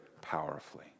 powerfully